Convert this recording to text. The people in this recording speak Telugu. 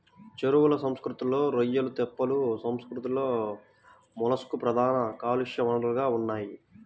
చెరువుల సంస్కృతిలో రొయ్యలు, తెప్పల సంస్కృతిలో మొలస్క్లు ప్రధాన కాలుష్య వనరులుగా ఉన్నాయి